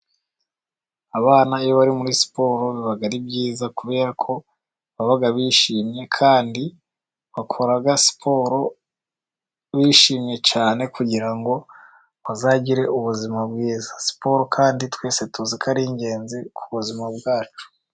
Abana iyo bari muri siporo biba ari byiza kuberako baba bishimye, kandi bakora siporo bishimye cyane kugira ngo bazagire ubuzima bwiza. Siporo kandi twese tuziko ari ingenzi ku buzima bwacu.